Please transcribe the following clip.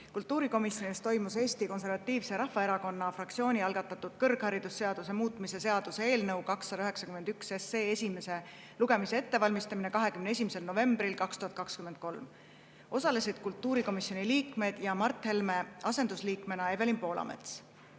Kultuurikomisjonis toimus Eesti Konservatiivse Rahvaerakonna fraktsiooni algatatud kõrgharidusseaduse muutmise seaduse eelnõu 291 esimese lugemise ettevalmistamine 21. novembril 2023. Osalesid kultuurikomisjoni liikmed ja Mart Helme asendusliikmena Evelin Poolamets.